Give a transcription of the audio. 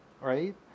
right